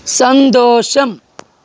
സന്തോഷം